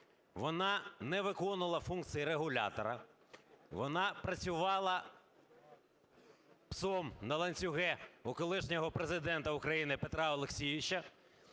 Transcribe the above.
вона не виконувала функції регулятора, вона працювала псом на ланцюгу у колишнього Президента України Петра Олексійовича,